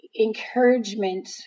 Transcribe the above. encouragement